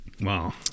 Wow